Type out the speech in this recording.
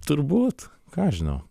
turbūt ką aš žinau